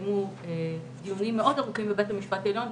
התקיימו דיונים מאוד ארוכים בבית המשפט העליון,